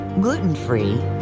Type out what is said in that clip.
gluten-free